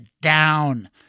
down